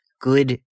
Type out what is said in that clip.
good